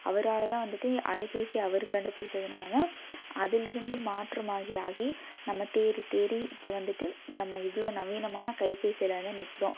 அவரால் தான் வந்துட்டு அலைப்பேசி அவர் கண்டுபிடிச்சதுனால தான் அதிலிருந்து மாற்றம் ஆகி ஆகி நம்ம தேடி தேடி இப்போது வந்துட்டு நம்ம இவ்வளோ நவீனமான கைப்பேசியில் வந்து நிற்குறோம்